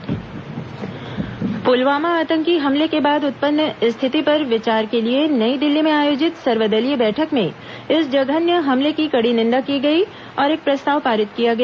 पुलवामा हमला सर्वदलीय बैठक पुलवामा आतंकी हमले के बाद उत्पन्न स्थिति पर विचार के लिए नई दिल्ली में आयोजित सर्वदलीय बैठक में इस जघन्य हमले की कड़ी निन्दा की गई और एक प्रस्ताव पारित किया गया